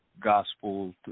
gospel